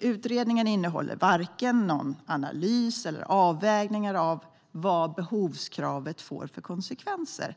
Utredningen innehåller varken någon analys eller avvägningar av vad behovskravet får för konsekvenser.